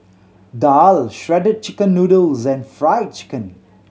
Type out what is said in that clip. daal Shredded Chicken Noodles and Fried Chicken